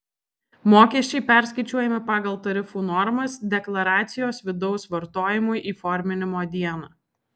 mokesčiai perskaičiuojami pagal tarifų normas deklaracijos vidaus vartojimui įforminimo dieną